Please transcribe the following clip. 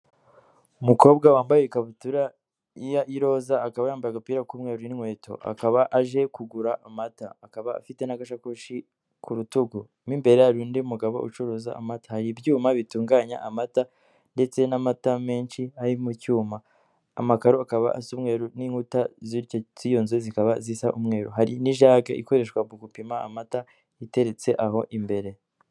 Umukobwa wambaye ikabutura y'iroza akaba yambaye agapira'umweru n'inkweto, akaba aje kugura amata akaba afite n'agasakoshi ku rutugumo imbere hari undi mugabo ucuruza amata hari ibyuma bitunganya amata ndetse n'amata menshi ari mu icyuma amakaro akabasa n'inkuta zi ziyonze zikaba zisa umweru hari n'ijag ikoreshwa mu gupima amata iteretse aho imbere.